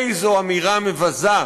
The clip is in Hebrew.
איזו אמירה מבזה.